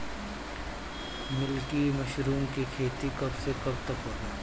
Milky mushroom के खेती कब से कब तक होला?